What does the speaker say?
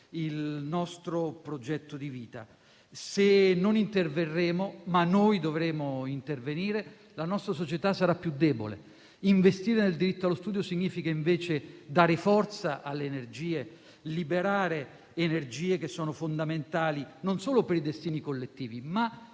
il nostro progetto di vita. Se non interverremo - ma noi dovremo intervenire - la nostra società sarà più debole. Investire nel diritto allo studio significa invece dare forza a energie vitali, liberare energie che sono fondamentali non solo per i destini individuali, ma collettivi,